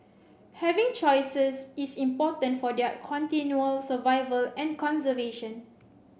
having choices is important for their continual survival and conservation